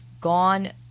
gone